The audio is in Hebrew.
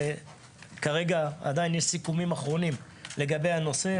כרגע עדיין יש סיכומים אחרונים לגבי הנושא,